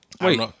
Wait